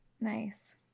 Nice